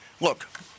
Look